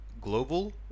global